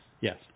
Yes